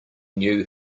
knew